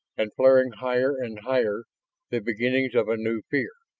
and flaring higher and higher the beginnings of a new fear.